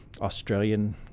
Australian